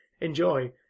Enjoy